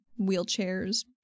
wheelchairs